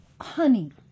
honey